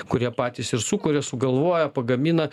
kurie patys ir sukuria sugalvoja pagamina